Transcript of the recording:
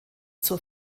zur